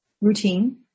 routine